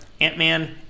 Ant-Man